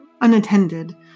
unattended